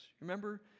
Remember